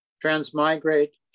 transmigrate